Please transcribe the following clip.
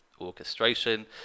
orchestration